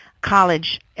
college